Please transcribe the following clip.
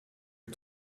que